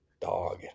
dog